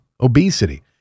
obesity